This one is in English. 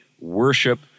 worship